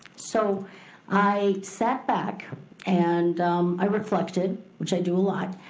so i sat back and i reflected, which i do a lot.